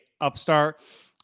upstart